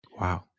Wow